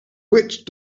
witch